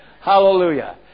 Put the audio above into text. Hallelujah